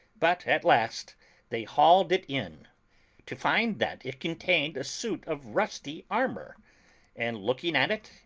but at last they hauled it in to find that it contained a suit of rusty armor and looking at it,